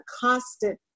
constant